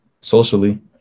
socially